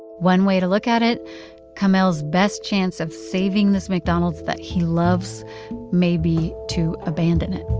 one way to look at it kamel's best chance of saving this mcdonald's that he loves may be to abandon it